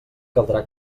caldrà